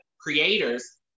creators